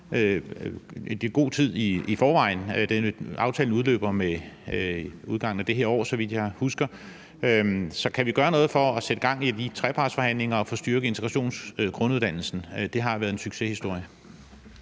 har god tid, for aftalen udløber med udgangen af det her år, så vidt jeg husker. Så kan vi gøre noget for at sætte gang i de trepartsforhandlinger og få styrket integrationsgrunduddannelsen? Det har været en succeshistorie.